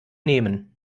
nehmen